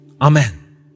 Amen